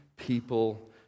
people